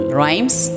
rhymes